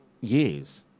years